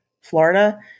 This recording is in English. Florida